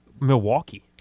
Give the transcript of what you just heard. Milwaukee